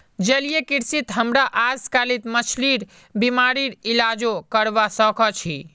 जलीय कृषित हमरा अजकालित मछलिर बीमारिर इलाजो करवा सख छि